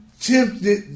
tempted